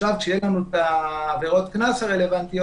עכשיו כשיהיו לנו את עבירות הקנס הרלוונטיות,